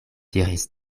diris